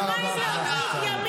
אבל מה עם ימים?